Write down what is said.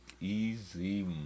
Easy